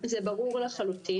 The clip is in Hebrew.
זה ברור לחלוטין.